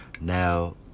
Now